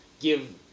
give